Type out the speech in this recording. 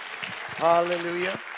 Hallelujah